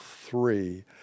three